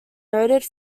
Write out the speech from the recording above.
noted